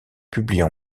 publient